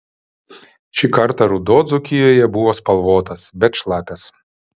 šį kartą ruduo dzūkijoje buvo spalvotas bet šlapias